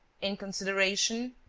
in consideration.